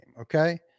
Okay